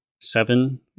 seven